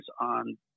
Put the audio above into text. on